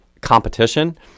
competition